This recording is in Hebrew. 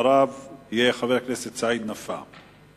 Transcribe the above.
ואחריו יהיה חבר הכנסת סעיד נפאע.